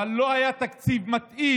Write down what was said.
אבל לא היה תקציב מתאים,